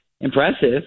impressive